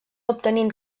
obtenint